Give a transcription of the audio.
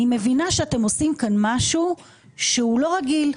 אני מבינה שאתם עושים כאן משהו שהוא לא רגיל.